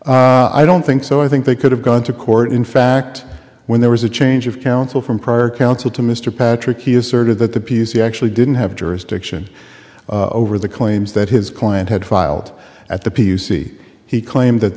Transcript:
see i don't think so i think they could have gone to court in fact when there was a change of counsel from prior counsel to mr patrick he asserted that the p c actually didn't have jurisdiction over the claims that his client had filed at the p u c he claims that